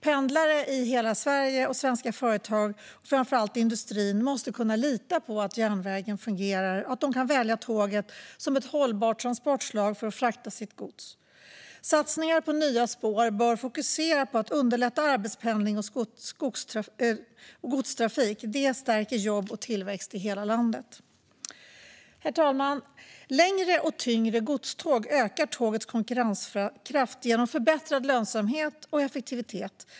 Pendlare i hela Sverige och svenska företag och framför allt industrin måste kunna lita på att järnvägen fungerar och att de kan välja tåget som ett hållbart transportslag för att frakta sitt gods. Satsningar på nya spår bör fokuseras på att underlätta arbetspendling och godstrafik. Det stärker jobb och tillväxt i hela landet. Herr talman! Längre och tyngre godståg ökar tågets konkurrenskraft genom förbättrad lönsamhet och effektivitet.